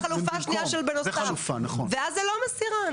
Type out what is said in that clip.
תהיה החלופה השנייה של בנוסף ואז זאת לא מסירה.